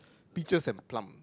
pictures and plant